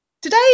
Today